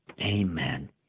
Amen